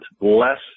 less